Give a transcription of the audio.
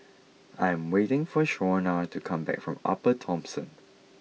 I am waiting for Shaunna to come back from Upper Thomson